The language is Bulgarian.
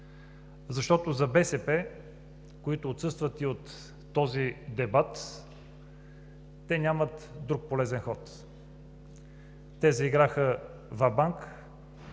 защото БСП, които отсъстват и от този дебат, нямат друг полезен ход. Те заиграха вабанк,